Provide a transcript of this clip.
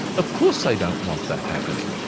of course they don't want that happening.